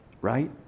Right